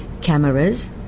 Cameras